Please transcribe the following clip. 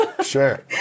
sure